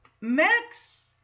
Max